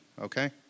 okay